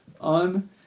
on